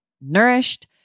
nourished